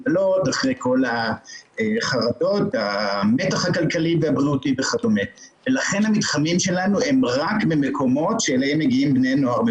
עלייה של 50%. בירושלים הייתה עלייה במתחמים השונים של בין 30%